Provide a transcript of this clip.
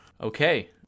Okay